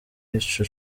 ico